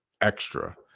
extra